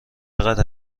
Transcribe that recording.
قدر